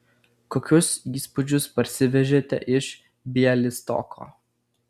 kokius įspūdžius parsivežėte iš bialystoko